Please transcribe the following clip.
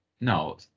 no